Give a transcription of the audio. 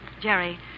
Jerry